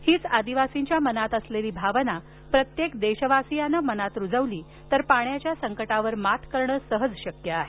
हीच आदिवासींच्या मनात असलेली भावना प्रत्येक देशावासियाने मनात रुजविली तर पाण्याच्या संकटावर मात करणं सहज शक्य आहे